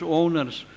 owners